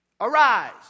arise